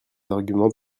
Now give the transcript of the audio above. arguments